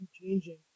changing